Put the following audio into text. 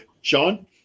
Sean